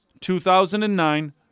2009